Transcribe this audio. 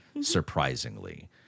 surprisingly